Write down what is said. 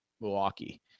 Milwaukee